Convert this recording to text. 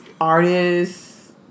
artists